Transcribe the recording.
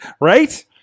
right